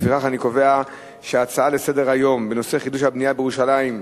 לפיכך אני קובע שההצעה לסדר-היום בנושא חידוש הבנייה בירושלים,